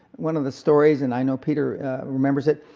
one of the stories, and i know peter remembers it.